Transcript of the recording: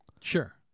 Sure